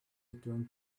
return